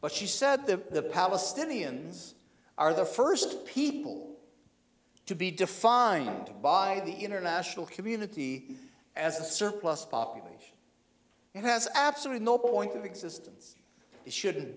but she said the palestinians are the first people to be defined by the international community as a surplus population it has absolutely no point of existence it shouldn't